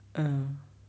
uh